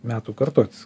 metų kartot